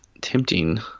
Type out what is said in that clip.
tempting